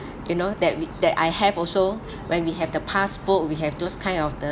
you know that that I have also when we have the passbook we have those kind of the